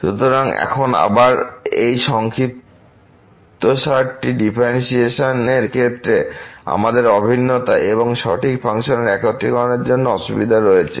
সুতরাং এখন আবার এই সংক্ষিপ্তসারটি ডিফারেন্শিয়েশন এর ক্ষেত্রে আমাদের অভিন্নতা এবং সঠিক ফাংশনে একত্রীকরণের জন্য অসুবিধা রয়েছে